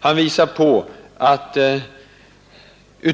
Han påvisar att